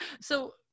so-